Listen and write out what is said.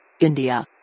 India